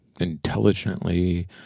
intelligently